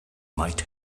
might